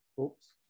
Oops